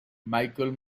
michael